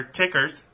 tickers